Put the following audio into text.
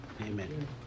Amen